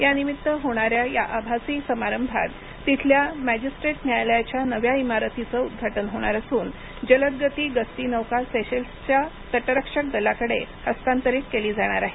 यानिमित्त होणाऱ्या या आभासी समारंभात तिथल्या मॅजिस्ट्रेट न्यायालयाच्या नव्या इमारतीचं उद्घाटन होणार असून जलदगती गस्ती नौका सेशेल्सच्या तटरक्षक दलाकडे हस्तांतरित केलीं जाणार आहे